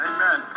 Amen